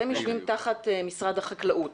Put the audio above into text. אתם יושבים תחת משרד החקלאות.